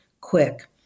quick